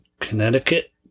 Connecticut